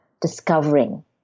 discovering